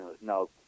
no